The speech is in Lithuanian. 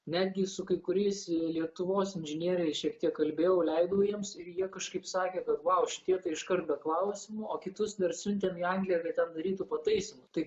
netgi su kai kuriais lietuvos inžinieriais šiek tiek kalbėjau leidau jiems ir jie kažkaip sakė kad vau šitie tai iš kart be klausimų o kitus dar ir siuntėm į angliją kai ten darytų pataisymų tai